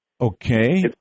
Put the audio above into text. Okay